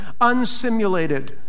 unsimulated